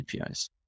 APIs